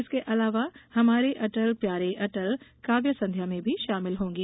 इसके अलावा हमारे अटल प्यारे अटल काव्य संध्या में भी शामिल होंगे